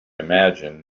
imagine